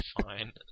Fine